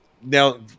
Now